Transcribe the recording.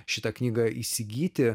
šitą knygą įsigyti